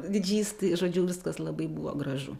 didžys tai žodžiu viskas labai buvo gražu